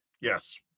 Yes